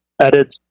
edit